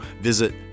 visit